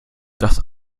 das